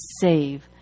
save